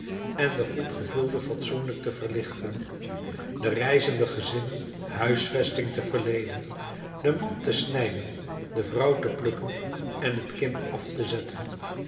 en de goedgevulde fatsoenlijk te verlichten de reizende gezinnen huisvesting te verleenen den man te snijden de vrouw te plukken en het kind af te zetten